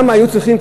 למה היו צריכים,